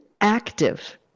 active